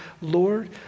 Lord